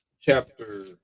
chapter